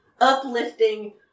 uplifting